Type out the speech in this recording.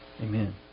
Amen